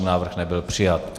Návrh nebyl přijat.